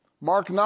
Mark